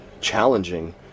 challenging